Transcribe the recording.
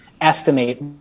estimate